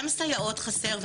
גם סייעות חסר,